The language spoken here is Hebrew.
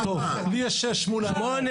בסדר.